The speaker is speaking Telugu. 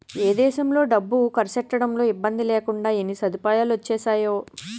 ఏ దేశంలో డబ్బు కర్సెట్టడంలో ఇబ్బందిలేకుండా ఎన్ని సదుపాయాలొచ్చేసేయో